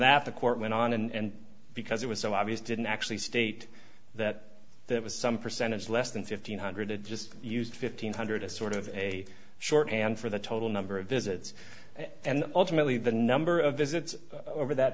that the court went on and because it was so obvious didn't actually state that it was some percentage less than fifteen hundred just used fifteen hundred as sort of a shorthand for the total number of visits and ultimately the number of visits over that